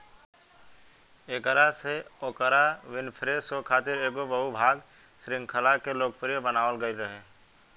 एकरा से Oprah Winfrey show खातिर एगो बहु भाग श्रृंखला के लोकप्रिय बनावल गईल रहे